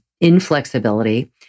inflexibility